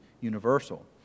universal